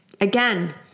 Again